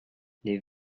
les